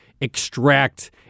extract